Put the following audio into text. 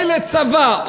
אוי לצבא,